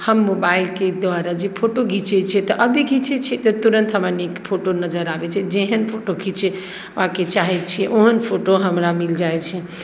हम मोबाइलके दुआरा जे फोटो घीँचै छियै तऽ अभी घीँचै छियै तऽ तुरन्त हमरा नीक फोटो नजरि आबैत छै जेहन फोटो खिँचबाके चाहैत छियै ओहन फोटो हमरा मिल जाइत छै